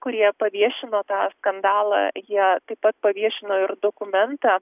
kurie paviešino tą skandalą jie taip pat paviešino ir dokumentą